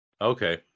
Okay